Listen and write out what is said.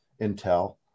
intel